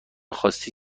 خواستی